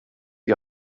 die